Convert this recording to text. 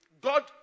God